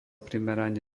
primerane